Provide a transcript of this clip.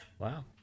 Wow